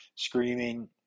Screaming